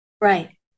Right